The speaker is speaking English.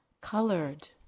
colored